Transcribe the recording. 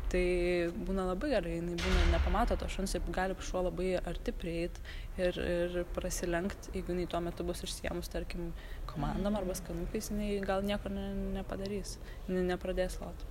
tai būna labai gerai jinai nepamato to šuns ir gali šuo labai arti prieit ir ir prasilenkt jeigu jinai tuo metu bus užsiėmus tarkim komandom arba skanukais jinai gal nieko ir ne nepadarys jinai nepradės lot